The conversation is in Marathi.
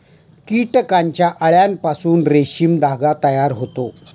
कीटकांच्या अळ्यांपासून रेशीम धागा तयार होतो